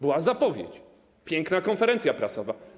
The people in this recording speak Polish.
Była zapowiedź, piękna konferencja prasowa.